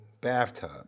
bathtub